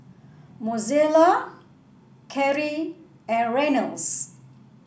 Mozella Carie and Reynolds